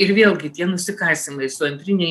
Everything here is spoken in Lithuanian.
ir vėlgi tie nusikasymai su antrine